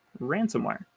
ransomware